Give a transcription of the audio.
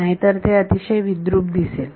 नाहीतर ते अतिशय विद्रूप दिसेल